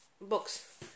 books